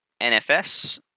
NFS